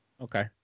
Okay